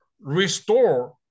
restore